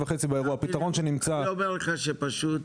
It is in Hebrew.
הפתרון שנמצא --- אומר לך שפשוט